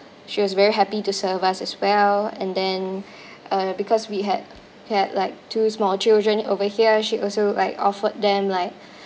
she was very happy to serve us as well and then uh because we had had like two small children over here she also like offered them like